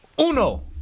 Uno